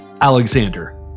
Alexander